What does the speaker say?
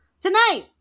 Tonight